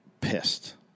pissed